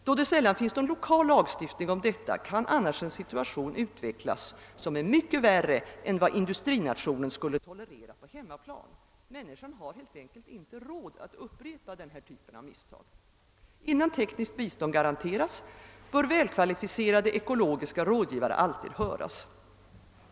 Då det sällan finns någon lokal lagstiftning om detta, kan annars en situation utvecklas, som är mycket värre än vad industrinationen skulle tolerera på hemmaplan. Människan har helt enkelt inte råd att upprepa denna typ av misstag. Innan tekniskt bistånd garanteras, bör välkvalificerade ekologiska rådgivare alltid höras.